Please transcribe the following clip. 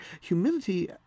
Humility